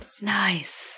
nice